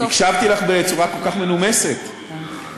בסוף, הקשבתי לך בצורה כל כך מנומסת וידידותית.